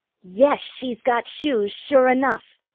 yes, she's got shoes, sure enough!